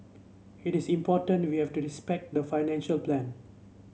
it is important we have to respect the financial plan